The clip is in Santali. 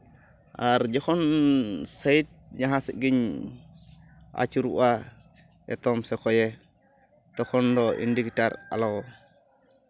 ᱟᱨ ᱡᱚᱠᱷᱚᱱ ᱥᱟᱭᱤᱰ ᱡᱟᱦᱟᱸ ᱥᱮᱫ ᱜᱤᱧ ᱟᱹᱪᱩᱨᱚᱜᱼᱟ ᱮᱛᱚᱢ ᱥᱮ ᱠᱚᱸᱭᱮ ᱛᱚᱠᱷᱚᱱ ᱫᱚ ᱤᱱᱰᱤᱠᱮᱴᱟᱨ ᱟᱞᱚ